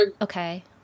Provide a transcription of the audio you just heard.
Okay